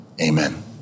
amen